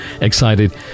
excited